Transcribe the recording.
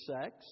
sex